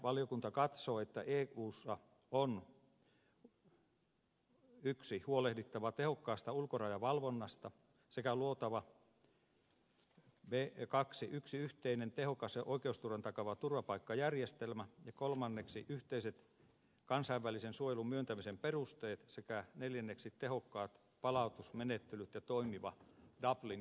valiokunta katsoo että eussa on a huolehdittava tehokkaasta ulkorajavalvonnasta sekä luotava b yksi yhteinen tehokas ja oikeusturvan takaava turvapaikkajärjestelmä ja c yhteiset kansainvälisen suojelun myöntämisen perusteet sekä d tehokkaat palautusmenettelyt ja toimiva dublin järjestelmä